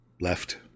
left